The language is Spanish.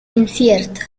inciertos